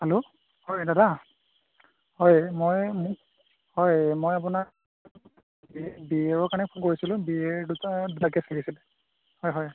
hello হয় দাদা হয় মই মোক হয় মই আপোনাক বিয়েৰৰ কাৰণে ফোন কৰিছিলো বিয়েৰ দুটা দুটা কেছ লাগিছিল হয় হয়